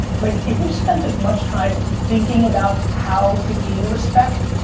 like, if you spent as much time thinking about how to gain respect